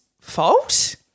fault